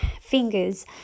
fingers